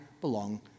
belong